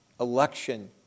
Election